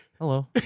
hello